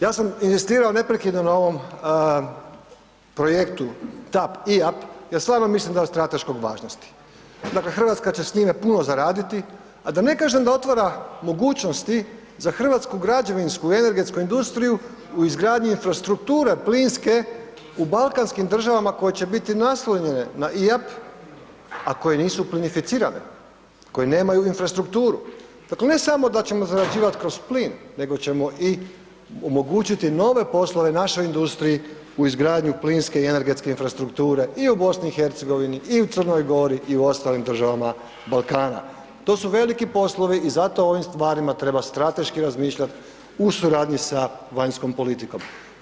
Ja sam inzistirao neprekidno na ovom projektu TAP IAP, ja stvarno mislim da je od strateškog važnosti, dakle RH će s njime puno zaraditi, a da ne kažem da otvara mogućnosti za hrvatsku građevinsku i energetsku industriju u izgradnji infrastrukture plinske u balkanskim državama koje će biti naslonjene na IAP, a koje nisu plinificirane, koje nemaju infrastrukturu, dakle ne samo da ćemo zarađivat kroz plin nego ćemo i omogućiti nove poslove našoj industriji u izgradnju plinske i energetske infrastrukture i u BiH, i u Crnoj Gori i u ostalim državama Balkana, to su veliki poslovi i zato o ovim stvarima treba strateški razmišljat u suradnji sa vanjskom politikom.